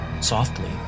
Softly